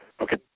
Okay